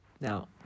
Now